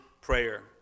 prayer